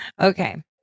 Okay